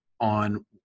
on